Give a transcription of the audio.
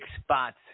spots